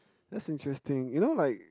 that's interesting you know like